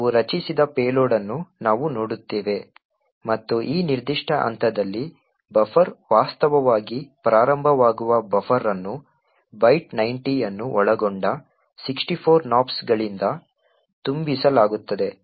ನಾವು ರಚಿಸಿದ ಪೇಲೋಡ್ ಅನ್ನು ನಾವು ನೋಡುತ್ತೇವೆ ಮತ್ತು ಈ ನಿರ್ದಿಷ್ಟ ಹಂತದಲ್ಲಿ ಬಫರ್ ವಾಸ್ತವವಾಗಿ ಪ್ರಾರಂಭವಾಗುವ ಬಫರ್ ಅನ್ನು ಬೈಟ್ 90 ಅನ್ನು ಒಳಗೊಂಡ 64 nops ಗಳಿಂದ ತುಂಬಿಸಲಾಗುತ್ತದೆ